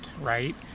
right